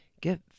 Get